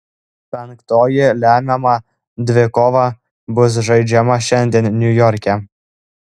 penktoji lemiama dvikova bus žaidžiama šiandien niujorke